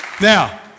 Now